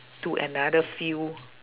to another field